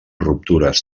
ruptures